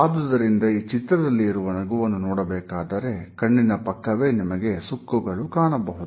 ಆದುದರಿಂದ ಈ ಚಿತ್ರದಲ್ಲಿ ಇರುವ ನಗುವನ್ನು ನೋಡಬೇಕಾದರೆ ಕಣ್ಣಿನ ಪಕ್ಕವೇ ನಿಮಗೆ ಸುಕ್ಕುಗಳು ಕಾಣಬಹುದು